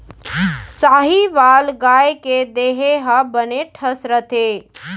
साहीवाल गाय के देहे ह बने ठस रथे